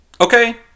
Okay